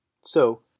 So